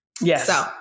Yes